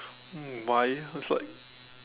um why cause it's like